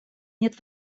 нет